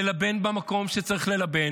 ללבן במקום שצריך ללבן,